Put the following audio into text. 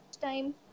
time